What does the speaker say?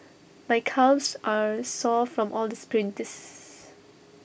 my calves are sore from all the sprints